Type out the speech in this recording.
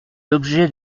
l’objet